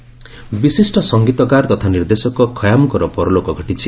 ଖୟାମ୍ ବିଶିଷ୍ଟ ସଂଗୀତକାର ତଥା ନିର୍ଦ୍ଦେଶକ ଖୟାମ୍ଙ୍କର ପରଲୋକ ଘଟିଛି